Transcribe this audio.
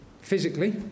physically